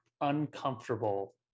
uncomfortable